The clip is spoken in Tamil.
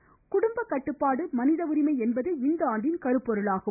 குடும்பக்கட்டுப்பாடு மனிதஉரிமை என்பதே இந்தாண்டின் கருப்பொருளாகும்